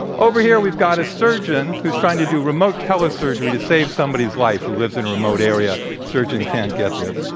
over here, we've got a surgeon who's trying to do remote tele-surgery to save somebody's life who lives in a remote area. the surgeon can't get there.